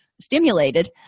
stimulated